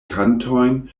kantojn